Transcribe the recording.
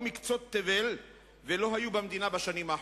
מקצות תבל ולא היו במדינה בשנים האחרונות.